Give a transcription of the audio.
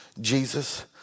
Jesus